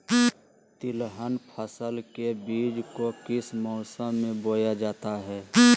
तिलहन फसल के बीज को किस मौसम में बोया जाता है?